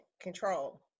control